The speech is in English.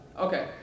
Okay